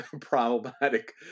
problematic